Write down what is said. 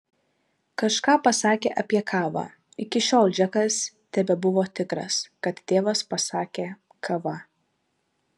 kažką pasakė apie kavą iki šiol džekas tebebuvo tikras kad tėvas pasakė kava